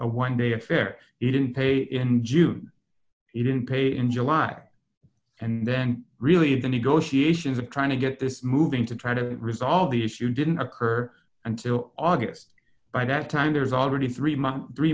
one day affair he didn't pay in june he didn't pay in july and then really the negotiations of trying to get this moving to try to resolve the issue didn't occur until august by that time there's already three months three